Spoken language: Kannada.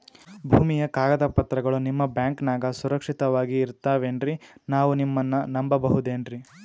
ಭೂಮಿಯ ಕಾಗದ ಪತ್ರಗಳು ನಿಮ್ಮ ಬ್ಯಾಂಕನಾಗ ಸುರಕ್ಷಿತವಾಗಿ ಇರತಾವೇನ್ರಿ ನಾವು ನಿಮ್ಮನ್ನ ನಮ್ ಬಬಹುದೇನ್ರಿ?